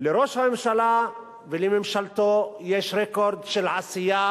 לראש הממשלה ולממשלתו יש רקורד של עשייה